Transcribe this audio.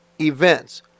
events